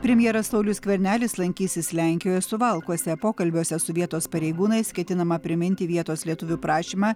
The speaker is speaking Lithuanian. premjeras saulius skvernelis lankysis lenkijoje suvalkuose pokalbiuose su vietos pareigūnais ketinama priminti vietos lietuvių prašymą